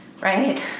right